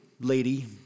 lady